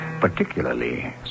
Particularly